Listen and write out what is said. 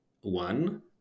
one